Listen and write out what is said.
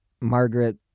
Margaret